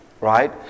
Right